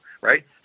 Right